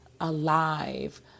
alive